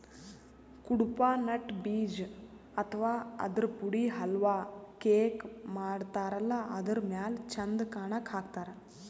Cuddapah nut ಬೀಜ ಅಥವಾ ಆದ್ರ ಪುಡಿ ಹಲ್ವಾ, ಕೇಕ್ ಮಾಡತಾರಲ್ಲ ಅದರ್ ಮ್ಯಾಲ್ ಚಂದ್ ಕಾಣಕ್ಕ್ ಹಾಕ್ತಾರ್